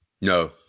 No